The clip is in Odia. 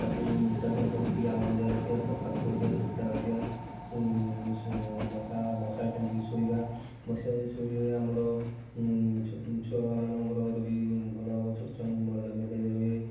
ତାକୁ ନିଷ୍କାସନ କରିକି ରଖିବା ସଫା ସୁତରା ରଖିବା ଶୁଖିଲା ରଖିବା ମଶା ମଶାରୀ ଟାଙ୍ଗିକି ଶୋଇବା ମଶାରୀରେ ଶୋଇଲେ ଆମର ଛୁଆମାନଙ୍କର ବି ଭଲ ହେବ ଛୋଟ ଛୁଆମାନଙ୍କର ବି ମେଲେରିଆ ହୁଏ